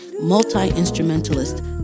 multi-instrumentalist